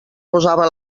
posava